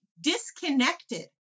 disconnected